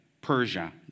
Persia